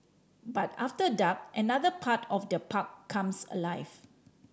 but after dark another part of the park comes alive